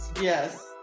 yes